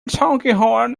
tulkinghorn